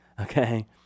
okay